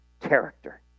character